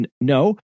no